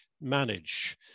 manage